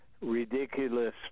ridiculous